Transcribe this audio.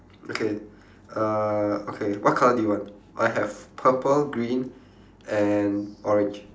okay uh okay what colour do you want I have purple green and orange